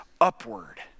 upward